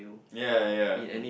yea yea um